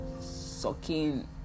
sucking